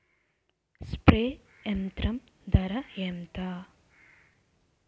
Spray యంత్రం ధర ఏంతా?